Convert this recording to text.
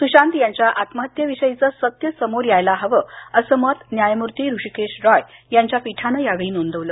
सुशांत याच्या आत्महत्येविषयीचं सत्य समोर यायला हवं असं मत न्यायमूर्ती हृषिकेश रॉय यांच्या पीठानं यावेळी नोंदवलं